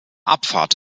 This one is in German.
abfahrt